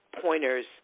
pointers